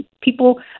people